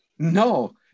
No